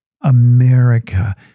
America